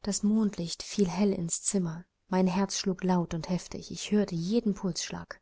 das mondlicht fiel hell ins zimmer mein herz schlug laut und heftig ich hörte jeden pulsschlag